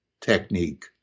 technique